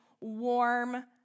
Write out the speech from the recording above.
warm